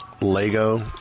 Lego